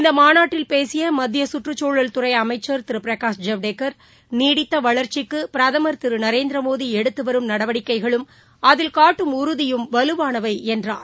இந்த மாநாட்டில் பேசிய மத்திய சுற்றுச்சூழல்துறை அமைச்சர் திரு பிரகாஷ் ஜவடேக்கர் நீடித்த வளர்ச்சிக்கு பிரதமா் திரு நரேந்திரமோடி எடுத்து வரும் நடவடிக்கைகளும் அதில் காட்டும் உறுதியும் வலுவானவை என்றார்